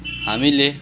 हामीले